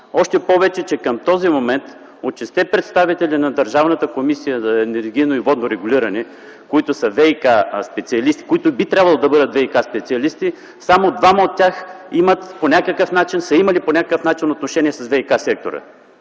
още повече че към този момент от шестте представители на Държавната комисия за енергийно и водно регулиране, които са ВиК специалисти, които би трябвало да бъдат ВиК специалисти, само двама от тях са имали по някакъв начин отношение с ВиК сектора.